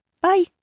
Bye